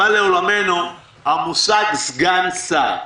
בא לעולמנו המושג "סגן שר".